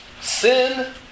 sin